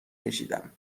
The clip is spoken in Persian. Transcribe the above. کشیدم